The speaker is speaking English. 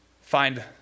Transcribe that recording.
Find